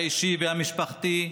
האישי והמשפחתי,